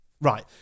Right